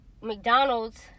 McDonald's